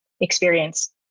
experience